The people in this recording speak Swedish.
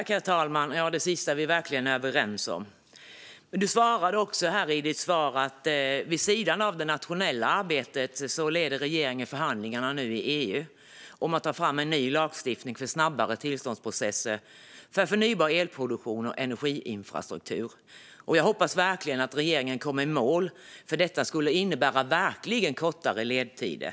Herr talman! Det sista är vi verkligen överens om. Du sa i ditt svar att vid sidan av det nationella arbetet leder regeringen nu förhandlingarna i EU om att ta fram en ny lagstiftning för snabbare tillståndsprocesser för förnybar elproduktion och energiinfrastruktur. Jag hoppas verkligen att regeringen kommer i mål. Detta skulle innebära kortare ledtider.